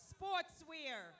Sportswear